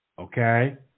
Okay